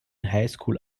highschool